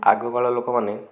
ଆଗକାଳ ଲୋକମାନେ